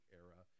era